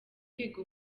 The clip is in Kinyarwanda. kwiga